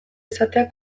izatea